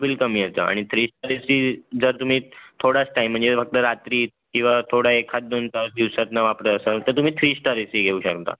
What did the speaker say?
bill कमी येतं आणि थ्री स्टार ए सी जर तुम्ही थोडाच टाईम म्हणजे फक्त रात्री किंवा थोडा एखादा दोन तास दिवसातून वापरत असाल तर तुम्ही थ्री स्टार ए सी घेऊ शकता